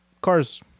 Cars